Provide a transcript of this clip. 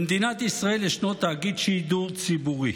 במדינת ישראל ישנו תאגיד שידור ציבורי.